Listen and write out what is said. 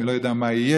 אני לא יודע מה יהיה,